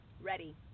Ready